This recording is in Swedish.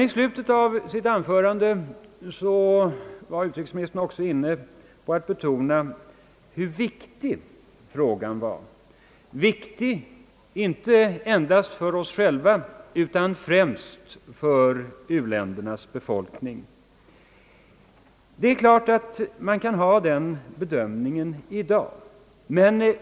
I slutet av sitt anförande betonade emellertid utrikesministern också, hur viktig frågan i dag är inte endast för oss själva, utan främst för u-ländernas befolkning. Självfallet är detta en riktig bedömning, men vi bör inte göra denna begräsning i tiden i dag.